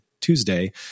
Tuesday